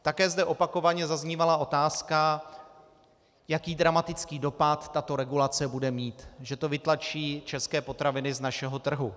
Také zde opakovaně zaznívala otázka, jaký dramatický dopad tato regulace bude mít, že to vytlačí české potraviny z našeho trhu.